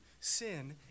Sin